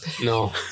No